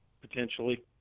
potentially